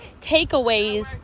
takeaways